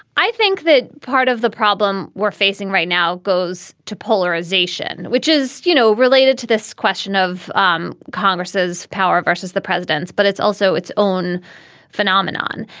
i think that part of the problem we're facing right now goes to polarization, which is, you know, related to this question of um congress's power versus the president. but it's also it's own phenomenon.